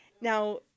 Now